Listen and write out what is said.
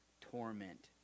torment